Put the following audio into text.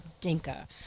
Dinka